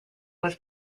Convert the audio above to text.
was